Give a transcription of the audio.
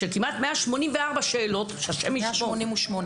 של 184 שאלות השם ישמור --- 188.